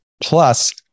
Plus